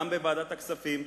גם בוועדת הכספים,